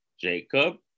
Jacob